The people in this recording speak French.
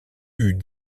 eût